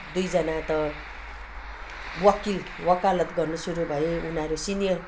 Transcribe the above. दुईजना त वकिल वकालत गर्नु सुरु भए उनीहरू सिनियर